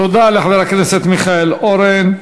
תודה לחבר הכנסת מיכאל אורן.